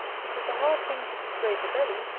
it is a hard thing to persuade the belly,